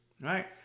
right